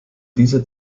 dieser